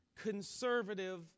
conservative